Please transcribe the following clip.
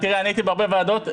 תראה, אני הייתי בהרבה ועדות.